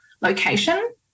location